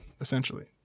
essentially